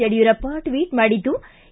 Yediyurappa tweet ಮಾಡಿದ್ಲು